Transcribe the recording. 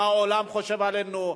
מה העולם חושב עלינו,